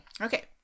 Okay